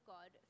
God